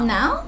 Now